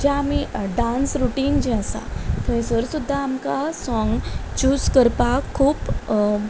जे आमी dance routine जे आसा थंयसर सुद्दां आमकां सोंग चूज करपाक खूब